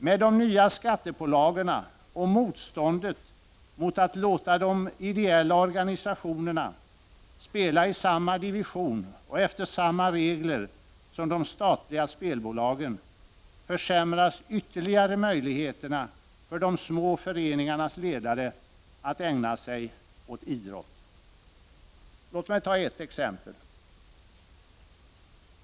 Med de nya skattepålagorna och motståndet mot att låta de ideella organisationerna spela i samma division och efter samma regler som de statliga spelbolagen, försämras ytterligare möjligheterna för de små föreningarnas ledare att ägna sig åt idrott. Låt mig ta ett exempel.